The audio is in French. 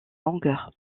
longueur